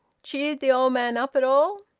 cheered the old man up at all?